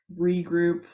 regroup